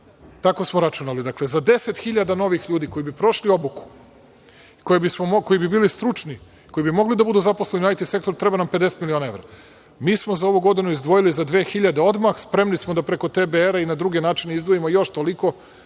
tako smo računali. Dakle, za 10.000 novih ljudi koji bi prošli obuku, koji bi bili stručni, koji bi mogli da budu zaposleni IT sektoru treba nam 50 miliona evra. Mi smo za ovu godinu izdvojili za 2.000 odmah, spremni smo da preko TBR i na druge načine izdvojimo još toliko,